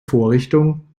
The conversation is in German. vorrichtung